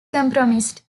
compromised